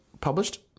Published